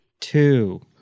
two